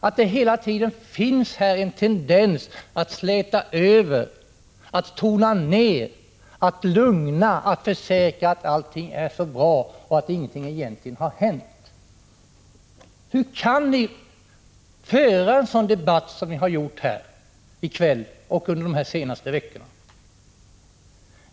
Det finns hela tiden en tendens att släta över, att tona ned, att lugna, att försäkra att allt är så bra och att ingenting egentligen har hänt. Hur kan ni föra en sådan debatt som ni har fört här i kväll och under de senaste veckorna?